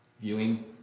viewing